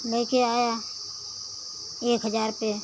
ले के आए एक हजार पे